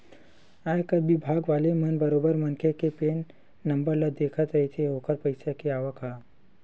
आयकर बिभाग वाले मन ल बरोबर मनखे के पेन नंबर ले दिखत रहिथे ओखर पइसा के आवक ह